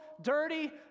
dirty